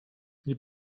nie